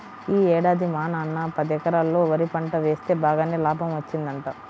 యీ ఏడాది మా నాన్న పదెకరాల్లో వరి పంట వేస్తె బాగానే లాభం వచ్చిందంట